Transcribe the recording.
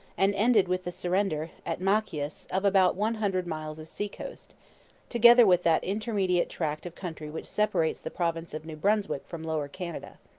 and ended with the surrender, at machias, of about one hundred miles of sea-coast together with that intermediate tract of country which separates the province of new brunswick from lower canada